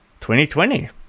2020